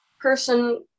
person